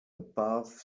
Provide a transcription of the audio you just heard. above